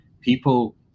people